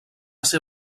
ser